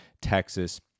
Texas